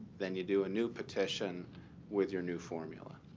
then you do a new petition with your new formula.